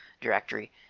directory